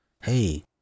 hey